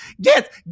get